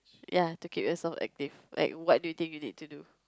ya to keep yourself active like what do you think you need to do